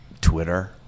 Twitter